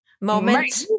moment